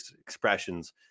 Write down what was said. expressions